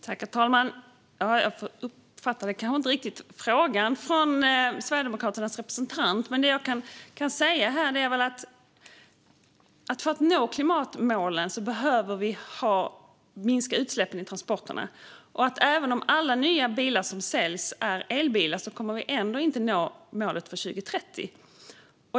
Herr talman! Jag uppfattade kanske inte riktigt frågan från Sverigedemokraternas representant. Det jag kan säga är att för att nå klimatmålen behöver vi minska utsläppen från transporterna och att även om alla nya bilar som säljs är elbilar kommer vi ändå inte att nå målet för 2030.